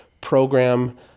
program